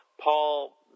Paul